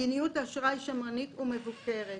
מדיניות האשראי שמרנית ומבוקרת,